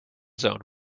zoned